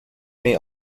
may